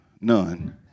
none